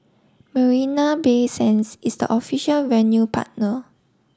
Marina Bay Sands is the official venue partner